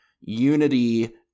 unity